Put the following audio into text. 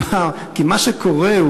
כי מה שקורה,